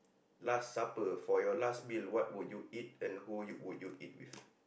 last supper for your last meal what would you eat and who you would you eat with